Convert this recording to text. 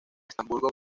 estrasburgo